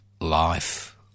life